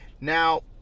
now